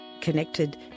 connected